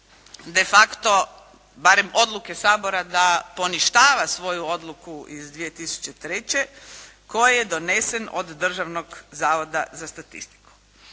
de facto barem odluke Sabor ada poništava svoju odluku iz 2003. koji je donesen od Državnog zavoda za statistiku.